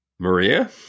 Maria